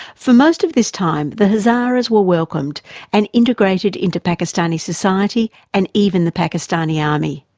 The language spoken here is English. for most of this time the hazaras were welcomed and integrated into pakistani society and even the pakistani army.